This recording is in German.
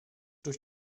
durch